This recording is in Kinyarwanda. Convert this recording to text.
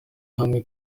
hamwe